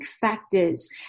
factors